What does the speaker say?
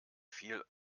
viel